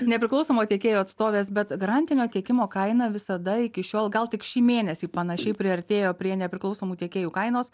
nepriklausomo tiekėjo atstovės bet garantinio tiekimo kaina visada iki šiol gal tik šį mėnesį panašiai priartėjo prie nepriklausomų tiekėjų kainos